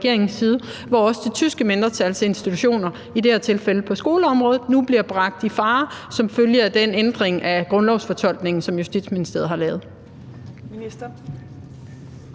hvorved også det tyske mindretals institutioner, i det her tilfælde på skoleområdet, nu bliver bragt i fare som følge af den ændring af grundlovsfortolkningen, som Justitsministeriet har lavet.